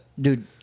Dude